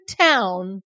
town